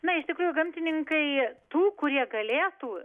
na iš tikrųjų gamtininkai tų kurie galėtų